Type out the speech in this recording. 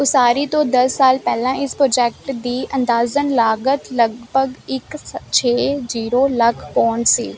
ਉਸਾਰੀ ਤੋਂ ਦਸ ਸਾਲ ਪਹਿਲਾਂ ਇਸ ਪ੍ਰੋਜੈਕਟ ਦੀ ਅੰਦਾਜ਼ਨ ਲਾਗਤ ਲਗਭਗ ਇੱਕ ਛੇ ਜ਼ੀਰੋ ਲੱਖ ਪੌਂਡ ਸੀ